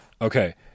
Okay